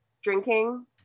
drinking